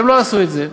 והם לא עשו את זה.